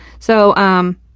so, um,